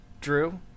Drew